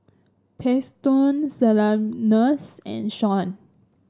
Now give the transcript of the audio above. Paxton Sylvanus and Shaun